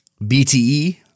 BTE